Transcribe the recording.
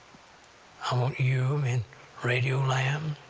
i want you in radio land,